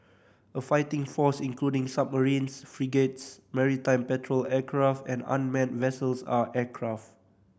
a fighting force including submarines frigates maritime patrol aircraft and unmanned vessels and aircraft